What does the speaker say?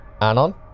Anon